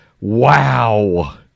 Wow